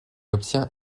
obtient